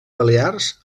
balears